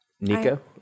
Nico